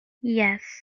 yes